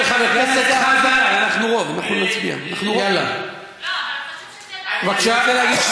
חבר הכנסת חזן, אני אישרתי